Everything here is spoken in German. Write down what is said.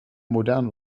modern